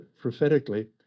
prophetically